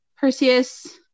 perseus